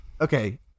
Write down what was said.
okay